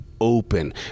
open